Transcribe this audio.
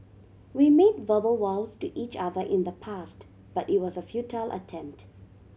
we made verbal vows to each other in the past but it was a futile attempt